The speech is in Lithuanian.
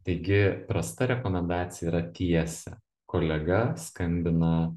taigi prasta rekomendacija yra tiesė kolega skambina